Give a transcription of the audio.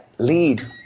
Lead